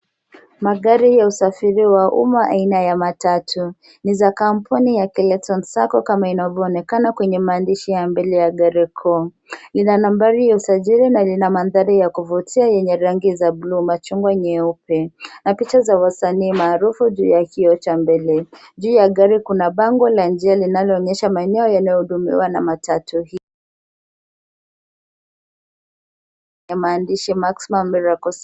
Magari ya usafiri wa umma aina ya matatu. Ni za kampuni ya Kenya Trans Sacco kama inavyoonekana kwenye maandishi ya mbele ya gari kuu. Lina nambari ya usajili na lina mandhari ya kuvutia rangi za bluu, machungwa, nyeupe na picha za wasanii maarufu juu ya kioo cha mbele. Juu ya gari kuna bango la njia linaloonyesha maeneo yanayohudumiwa na matatu hii yenye maandishi Maximum Miracle Centre.